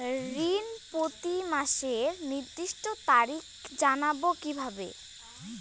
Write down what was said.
ঋণ প্রতিমাসের নির্দিষ্ট তারিখ জানবো কিভাবে?